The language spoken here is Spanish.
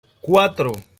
cuatro